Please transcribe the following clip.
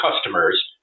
customers